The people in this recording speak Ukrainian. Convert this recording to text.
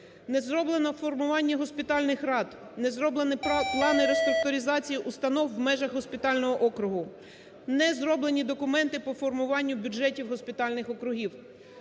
Не зроблено формування госпітальних рад. Не зроблені плани реструктуризації установ в межах госпітального округу. Не зроблені документи по формуванню бюджетів госпітальних округів.